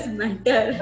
matter